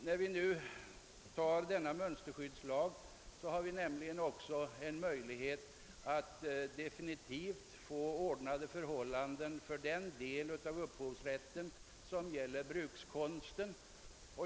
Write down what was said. När vi nu antar denna mönsterskyddslag får vi också en möjlighet att definitivt ordna förhållandena för den del av upphovsrätten som gäller bruks konsten.